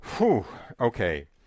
okay